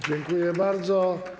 Dziękuję bardzo.